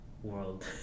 world